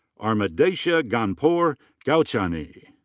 ahmadreza ghanbarpour ghouchani.